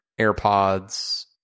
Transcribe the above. AirPods